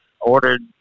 ordered